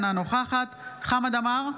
אינה נוכחת חמד עמאר,